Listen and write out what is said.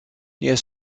near